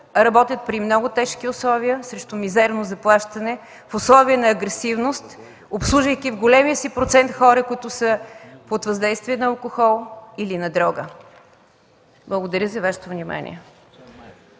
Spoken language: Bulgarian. работят при много тежки условия срещу мизерно заплащане в условия на агресивност, обслужвайки в големия си процент хора, които са под въздействието на алкохол или на дрога. Благодаря за Вашето внимание.